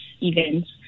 events